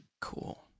Cool